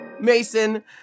mason